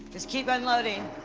just keep unloading.